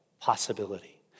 possibility